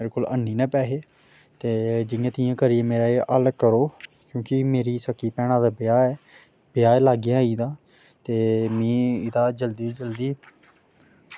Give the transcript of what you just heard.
मेरे कोल ऐनी हैन पैसे ते जियां कियां करियै मेरा एह् हल्ल करो क्युंकि मेरी सक्की भैना दा ब्याह् ऐ ब्याह् ते लागे आई गेदा ते मिगी इदा जल्दी जल्दी